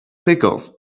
pickles